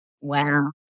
Wow